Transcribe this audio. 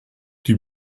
die